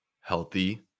healthy